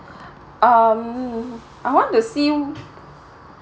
um I want to see